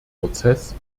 prozess